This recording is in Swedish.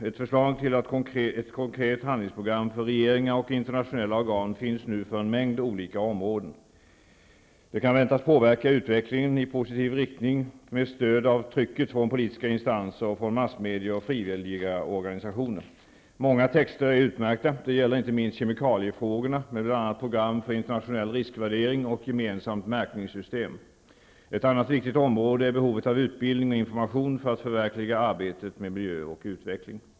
Ett förslag till ett konkret handlingsprogram för regeringar och internationella organ finns nu för en mängd olika områden. Det kan väntas påverka utvecklingen i positiv riktning med stöd av trycket från politiska instanser och från massmedia och frivilliga organisationer. Många texter är utmärkta -- det gäller inte minst kemikaliefrågorna med bl.a. program för internationell riskvärdering och gemensamt märkningssystem. Ett annat viktigt område är behovet av utbildning och information för att förverkliga arbetet med miljö och utveckling.